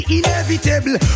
inevitable